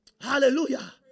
Hallelujah